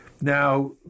Now